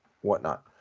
whatnot